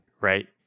right